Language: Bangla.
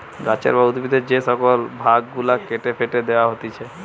গাছের বা উদ্ভিদের যে শুকল ভাগ গুলা কেটে ফেটে দেয়া হতিছে